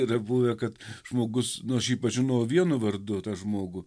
yra buvę kad žmogus nu aš jį pažinojau vienu vardu tą žmogų